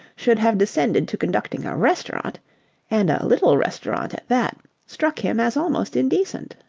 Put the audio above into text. should have descended to conducting a restaurant and a little restaurant at that struck him as almost indecent.